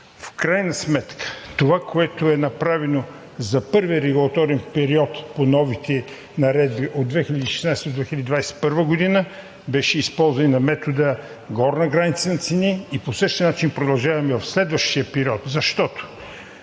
В крайна сметка това, което е направено за първия регулаторен период по новите наредби от 2016 до 2021 г., беше използване на метода „горна граница на цени“ и по същия начин продължаваме в следващия период, защото